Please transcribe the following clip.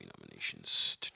nominations